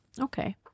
Okay